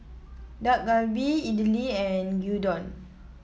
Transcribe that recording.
Dak Galbi Idili and Gyudon